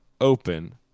open